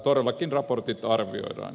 todellakin raportit arvioidaan